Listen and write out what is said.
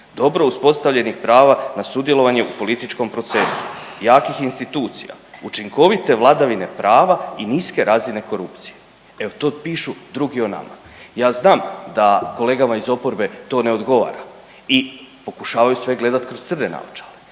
dobro uspostavljenih prava na sudjelovanje u političkom procesu, jakih institucija, učinkovite vladavine prava i niske razine korupcije. Evo, to pišu drugi o nama. Ja znam da kolegama iz oporbe to ne odgovara i pokušavaju sve gledati kroz crne naočale,